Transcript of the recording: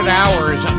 hours